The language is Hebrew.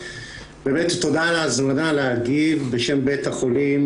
באמת תודה על ההזמנה להגיב בשם בית החולים